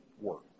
work